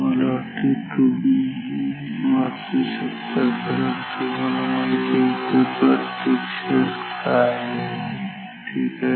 मला वाटते तुम्हीही वाचू शकता कारण तुम्हाला माहित आहे तिथे प्रत्यक्षात काय आहे ठीक आहे